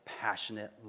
passionate